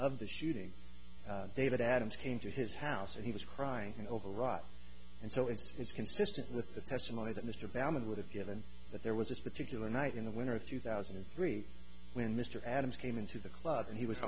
of the shooting david adams came to his house and he was crying over rot and so it's consistent with the testimony that mr baumann would have given that there was this particular night in the winter of two thousand and three when mr adams came into the club and he was